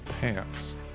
pants